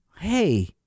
Hey